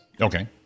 Okay